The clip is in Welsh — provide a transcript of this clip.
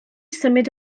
symud